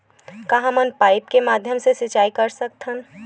का हमन पाइप के माध्यम से सिंचाई कर सकथन?